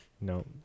no